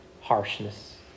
Harshness